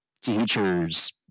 teachers